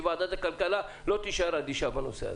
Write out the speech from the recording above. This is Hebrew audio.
כי וועדת הכלכלה לא תישאר אדישה בנושא הזה,